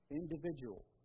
individuals